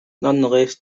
nonetheless